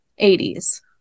80s